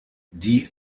die